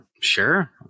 Sure